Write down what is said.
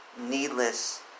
needless